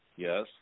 Yes